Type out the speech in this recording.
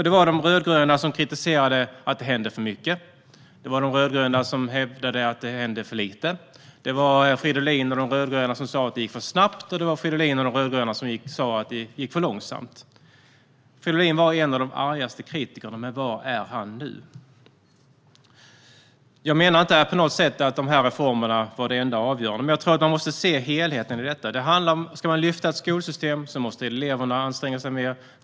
Det var de rödgröna som kritiserade att det hände för mycket, det var de rödgröna som hävdade att det hände för lite. Det var Fridolin och de rödgröna som sa att det gick för snabbt, och det var de som sa att det gick för långsamt. Fridolin var en av de argaste kritikerna, men var är han nu? Jag menar inte att dessa reformer på något sätt var det enda avgörande, men man måste se helheten i detta. Men ska man lyfta ett skolsystem måste eleverna anstränga sig mer.